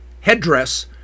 headdress